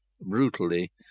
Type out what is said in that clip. brutally